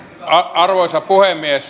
arvoisa puhemies